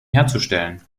herzustellen